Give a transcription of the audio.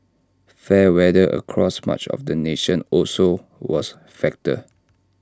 fair weather across much of the nation also was factor